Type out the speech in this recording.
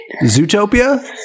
Zootopia